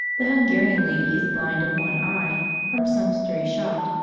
the hungarian lady is blind of one eye, from some stray shot,